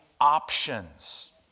options